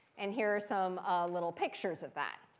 and here are some little pictures of that.